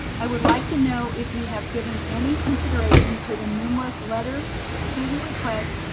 i would like to know if you have given any consideration to the numerous letters, student requests,